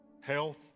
health